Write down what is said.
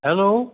hello